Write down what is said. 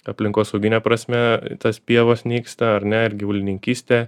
aplinkosaugine prasme tos pievos nyksta ar ne ir gyvulininkystė